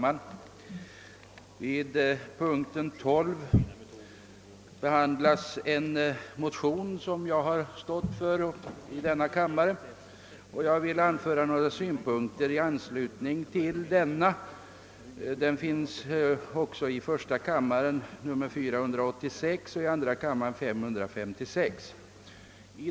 Herr talman! Under denna punkt behandlas motionerna I: 486 och II: 556. Som huvudmotionär i denna kammare vill jag anföra några synpunkter i anslutning till motionerna.